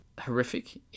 horrific